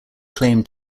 claim